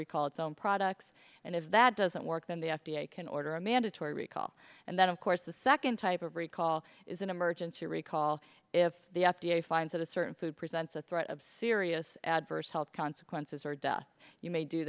recall its own products and if that doesn't work then the f d a can order a mandatory recall and then of course the second type of recall is an emergency recall if the f d a finds that a certain food presents a threat of serious adverse health consequences or death you may do